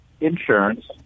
insurance